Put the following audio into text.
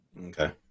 Okay